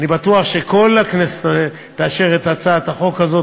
אני בטוח שכל הכנסת תאשר את הצעת החוק הזאת,